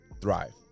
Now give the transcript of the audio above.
thrive